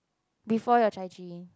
before your Chai-Chee